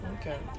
okay